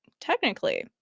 technically